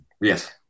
Yes